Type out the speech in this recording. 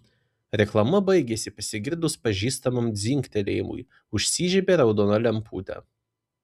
reklama baigėsi pasigirdus pažįstamam dzingtelėjimui užsižiebė raudona lemputė